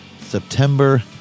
September